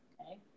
okay